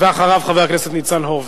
ואחריו, חבר הכנסת ניצן הורוביץ.